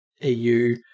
EU